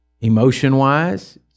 emotion-wise